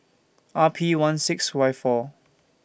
R P one six Y four